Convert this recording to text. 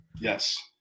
Yes